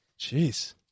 Jeez